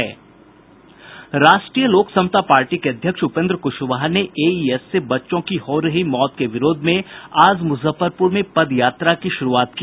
राष्ट्रीय लोक समता पार्टी के अध्यक्ष उपेन्द्र कुशवाहा नेएईएस से बच्चों की हो रही मौत के विरोध में आज मुजफ्फरपुर में पदयात्रा का शुरूआत की